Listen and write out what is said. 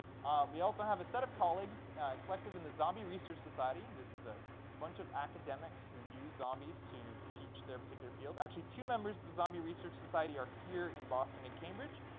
we also have a set of colleagues collective in the zombie research society. and this is a bunch of academics who use zombies to teach their particular field. actually, two members of the zombie research society are here in boston and cambridge.